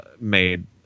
made